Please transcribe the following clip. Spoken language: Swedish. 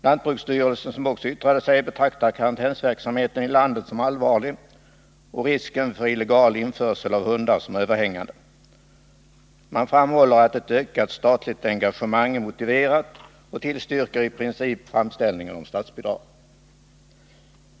Lantbruksstyrelsen, som också yttrade sig, betraktar situationen för karantänsverksamheten i landet som allvarlig och risken för illegal införsel av hundar som överhängande. Man framhåller att ett ökat statligt engagemang är motiverat och tillstyrker i princip framställningen om statsbidrag.